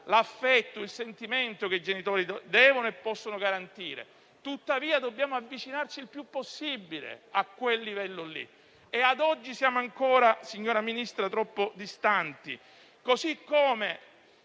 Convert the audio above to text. l'affetto e il sentimento che i genitori devono e possono garantire. Tuttavia, dobbiamo avvicinarci il più possibile a quel livello. Ad oggi, signor Ministro, vi è ancora troppa distanza